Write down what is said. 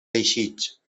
teixits